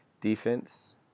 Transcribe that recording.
defense